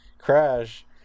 Crash